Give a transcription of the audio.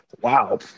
wow